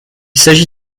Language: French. s’agit